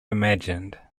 imagined